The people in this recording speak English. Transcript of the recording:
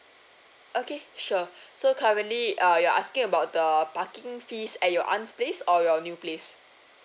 okay sure so currently uh you're asking about the parking fees at your aunt's place or your new place